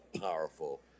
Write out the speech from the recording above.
powerful